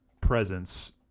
presence